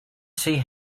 see